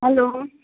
hello